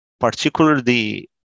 Particularly